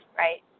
right